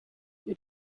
you